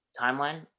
timeline